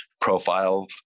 profile